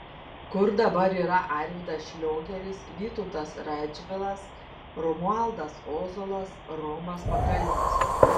kur dabar yra arvydas šliogeris vytautas radžvilas romualdas ozolas romas pakalnis